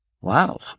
Wow